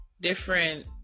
different